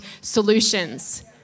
solutions